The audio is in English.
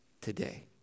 today